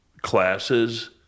classes